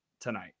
tonight